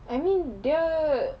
I mean the